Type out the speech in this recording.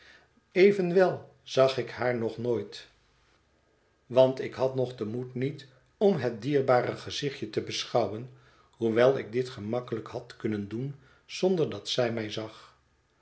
evenwel zag ik haar nog nooit want ik had nog den moed niet om het dierbare gezichtje te beschouwen hoewel ik dit gemakkelijk had kunnen doen zonder dat zij mij zag